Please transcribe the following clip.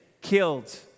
Killed